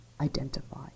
identify